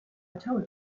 told